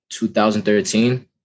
2013